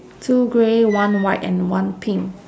two grey one white and one pink